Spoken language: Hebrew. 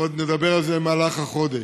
ועוד נדבר על זה במהלך החודש.